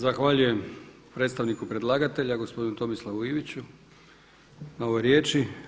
Zahvaljujem predstavniku predlagatelja, gospodinu Tomislavu Iviću na ovoj riječi.